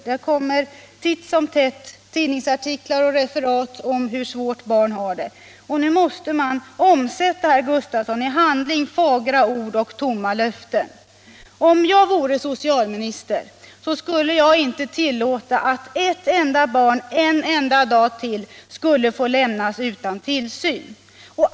Det kommer titt och tätt tidningsartiklar med referat om hur svårt barn har det. Nu måste man, herr Gustavsson, i handling omsätta fagra ord och tomma löften. Om jag vore socialminister, skulle jag inte tillåta att ett enda barn en enda dag till lämnas utan tillsyn.